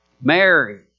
Mary